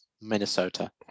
Minnesota